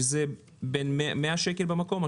שזה 100 שקלים במקום,